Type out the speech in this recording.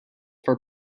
for